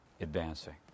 advancing